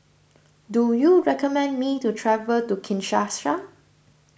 do you recommend me to travel to Kinshasa